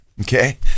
okay